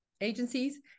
agencies